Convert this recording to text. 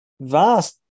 vast